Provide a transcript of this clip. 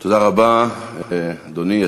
תודה רבה, אדוני.